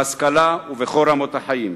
בהשכלה וברמת החיים.